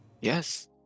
Yes